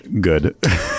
Good